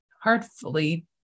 heartfully